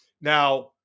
Now